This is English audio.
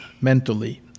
mentally